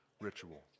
ritual